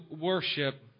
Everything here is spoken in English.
worship